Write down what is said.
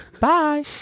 Bye